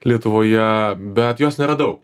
lietuvoje bet jos neradau